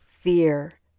fear